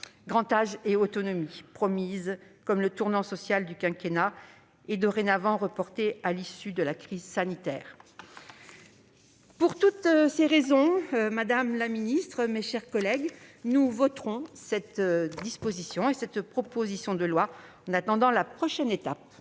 Grand Âge et autonomie, promise comme le tournant social du quinquennat, et dorénavant reportée à l'issue de la crise sanitaire. Pour toutes ces raisons, madame la secrétaire d'État, mes chers collègues, nous voterons cette proposition de loi, en attendant la prochaine étape.